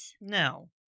No